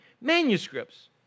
manuscripts